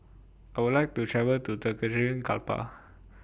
I Would like to travel to Tegucigalpa